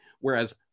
whereas